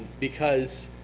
because,